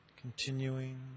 continuing